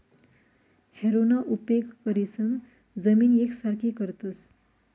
हॅरोना उपेग करीसन जमीन येकसारखी करतस